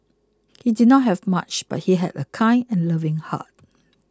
he did not have much but he had a kind and loving heart